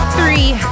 three